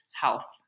Health